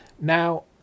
Now